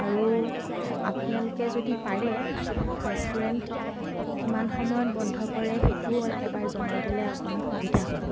আৰু আপোনালোকে যদি পাৰে ৰেষ্টুৰেণ্ট কিমান সময়ত বন্ধ কৰে সেইটোও এবাৰ জনাই দিলে অকণমান সুবিধা হ'ব